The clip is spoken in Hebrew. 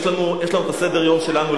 יש לנו את הסדר-יום שלנו,